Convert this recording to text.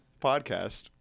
podcast